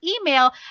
email